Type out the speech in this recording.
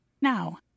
Now